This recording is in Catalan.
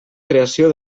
creació